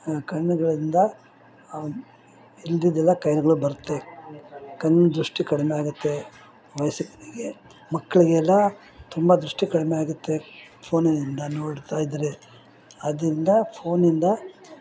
ಕಣ್ಣುಗಳಿಂದ ಇಲ್ದಿದೆಲ್ಲಾ ಕಾಯಿಲೆಗಳು ಬರುತ್ತೆ ಕಣ್ಣು ದೃಷ್ಟಿ ಕಡಿಮೆ ಆಗುತ್ತೆ ವಯಸ್ಕರಿಗೆ ಮಕ್ಕಳಿಗೆಲ್ಲ ತುಂಬ ದೃಷ್ಟಿ ಕಡಿಮೆ ಆಗುತ್ತೆ ಫೋನಿನಿಂದ ನೋಡ್ತಾ ಇದ್ರೆ ಆದ್ರಿಂದ ಫೋನಿಂದ